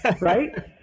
Right